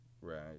right